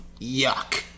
yuck